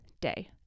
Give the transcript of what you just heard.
day